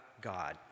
God